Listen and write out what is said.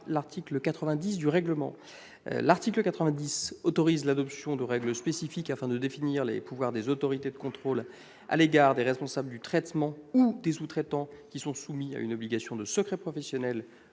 l'article 90 du RGPD. Cet article autorise l'adoption de règles spécifiques, afin de définir les pouvoirs des autorités de contrôle à l'égard des responsables du traitement ou des sous-traitants, qui sont soumis à une obligation de secret professionnel